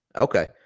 Okay